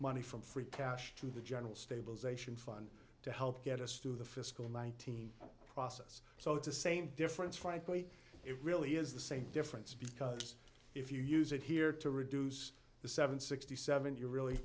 money from free cash to the general stabilization fund to help get us through the fiscal nineteen process so to same difference frankly it really is the same difference because if you use it here to reduce the seven sixty seven you're really